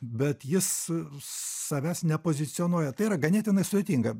bet jis savęs nepozicionuoja tai yra ganėtinai sudėtinga